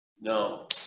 No